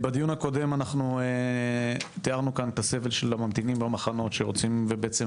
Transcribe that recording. בדיון הקודם אנחנו תיארנו כאן את הסבל של הממתינים במחנות שרוצים ובעצם,